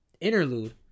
interlude